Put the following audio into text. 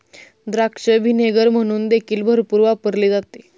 द्राक्ष व्हिनेगर म्हणून देखील भरपूर वापरले जाते